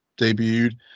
debuted